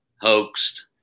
hoaxed